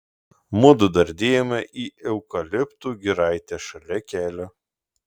mudu dardėjome į eukaliptų giraitę šalia kelio